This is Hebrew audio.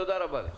תודה רבה לך.